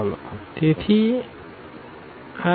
52 x1 x2 x3 x4 x5 9 0 4 0 0 1 2 1 0 0 0 2 9